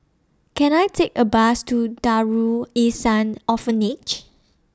Can I Take A Bus to Darul Ihsan Orphanage